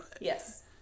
Yes